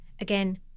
Again